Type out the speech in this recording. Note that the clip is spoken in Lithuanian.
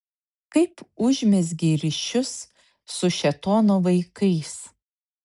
kaip užmezgei ryšius su šėtono vaikais